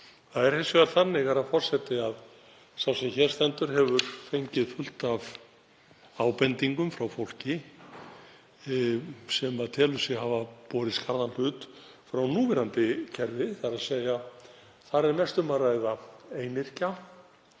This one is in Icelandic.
Það er hins vegar þannig, herra forseti, að sá sem hér stendur hefur fengið fullt af ábendingum frá fólki sem telur sig hafa borið skarðan hlut frá núverandi kerfi. Þar er mest um að ræða einyrkja,